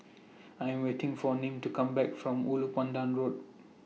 I Am waiting For Nim to Come Back from Ulu Pandan Road